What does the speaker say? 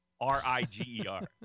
r-i-g-e-r